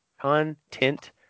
content